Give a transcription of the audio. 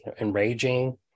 enraging